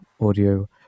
audio